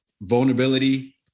vulnerability